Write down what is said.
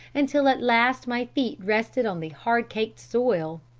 until at last my feet rested on the hard caked soil.